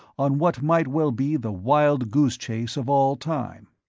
on what might well be the wild-goose chase of all time.